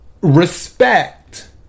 respect